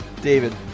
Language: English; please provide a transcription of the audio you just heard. David